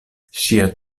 ŝia